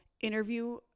interview